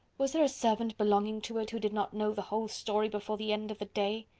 was there a servant belonging to it who did not know the whole story before the end of the day?